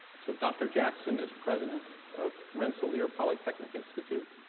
so dr. jackson is president of rensselaer polytechnic institute.